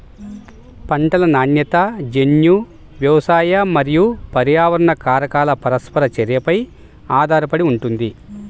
పంటల నాణ్యత జన్యు, వ్యవసాయ మరియు పర్యావరణ కారకాల పరస్పర చర్యపై ఆధారపడి ఉంటుంది